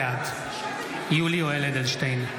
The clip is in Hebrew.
בעד יולי יואל אדלשטיין,